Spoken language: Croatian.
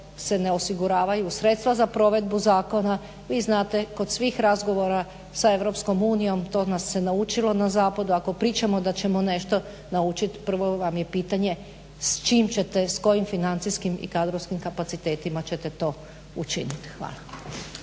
se ne osiguravaju sredstva za provedbu zakona. Vi znate kod svih razgovora sa EU to nas se naučilo na zapadu ako pričamo da ćemo nešto naučiti prvo vam je pitanje s čim ćete, s kojim financijskim i kadrovskim kapacitetima ćete to učiniti? Hvala.